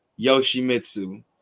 Yoshimitsu